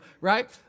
Right